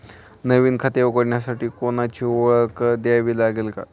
नवीन खाते उघडण्यासाठी कोणाची ओळख द्यावी लागेल का?